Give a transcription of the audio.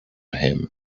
him